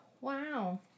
Wow